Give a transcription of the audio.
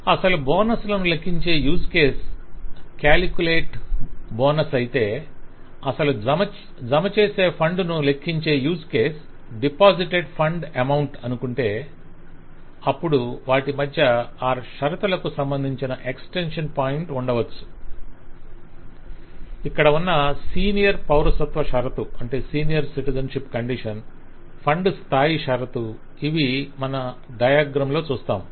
అసలు బోనస్ను లెక్కించే యూజ్ కేస్ క్యాలిక్యులేట్ బోనస్ అయితే అసలు జమ చేసే ఫండ్ ను లెక్కించే use case deposited fund amount అనుకుంటే అప్పుడు వాటి మధ్య ఆ షరతులకు సంబంధించిన ఎక్స్టెన్షన్ పాయింట్ ఉండవచ్చు ఇక్కడ ఉన్న సీనియర్ పౌరసత్వ షరతు ఫండ్ స్థాయి షరతు ఇవి మనం డయాగ్రమ్ లో చూస్తాము